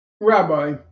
rabbi